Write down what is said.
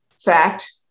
fact